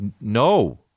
No